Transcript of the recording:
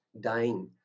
dying